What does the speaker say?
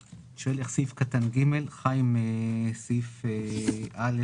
סעיף קטן (ג) חי עם פסקה (א)(1)(ד)